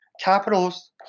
Capitals